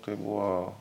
tai buvo